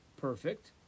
perfect